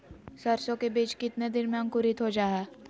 सरसो के बीज कितने दिन में अंकुरीत हो जा हाय?